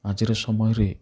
ଆଜିର ସମୟରେ